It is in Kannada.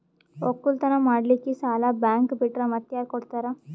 ಒಕ್ಕಲತನ ಮಾಡಲಿಕ್ಕಿ ಸಾಲಾ ಬ್ಯಾಂಕ ಬಿಟ್ಟ ಮಾತ್ಯಾರ ಕೊಡತಾರ?